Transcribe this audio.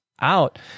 out